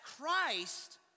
Christ